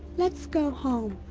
let's go home.